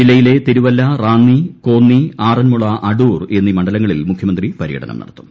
ജില്ലയിലെ തിരുവല്ല റാന്നി കോന്നി ്ആറ്മുള അടൂർ എന്നീ മണ്ഡലങ്ങളിൽ മുഖ്യമന്ത്രി പര്യടനം നടത്തും